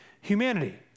humanity